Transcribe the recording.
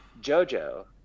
JoJo